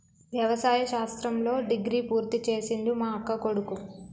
వ్యవసాయ శాస్త్రంలో డిగ్రీ పూర్తి చేసిండు మా అక్కకొడుకు